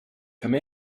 come